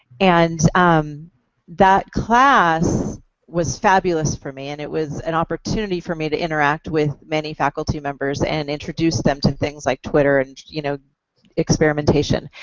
and um that class was fabulous for me, and it was an opportunity for me to interact with many faculty members and introduce them to things like twitter and you know experimentation.